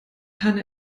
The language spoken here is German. hanna